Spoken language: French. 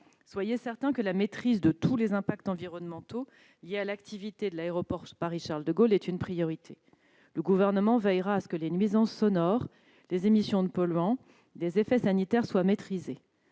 soyez certain que la maîtrise de tous les impacts environnementaux liés à l'activité de l'aéroport de Paris-Charles-de-Gaulle est une priorité. Le Gouvernement veillera à ce que les nuisances sonores, les émissions de polluants et leurs effets sanitaires soient maîtrisés.